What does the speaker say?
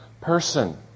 person